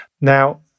Now